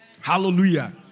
Hallelujah